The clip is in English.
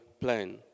plan